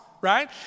right